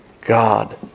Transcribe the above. God